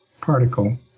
particle